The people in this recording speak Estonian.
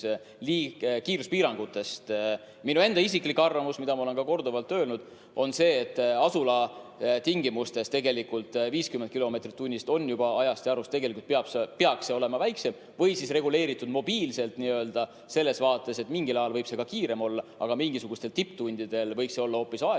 kiiruspiirangutest kinni. Minu enda isiklik arvamus, mida ma olen korduvalt öelnud, on see, et asula tingimustes 50 kilomeetrit tunnis on juba ajast ja arust, tegelikult peaks see olema väiksem või siis reguleeritud n-ö mobiilselt, selles vaates, et mingil ajal võib see ka kiirem olla, aga tipptundidel võiks olla hoopis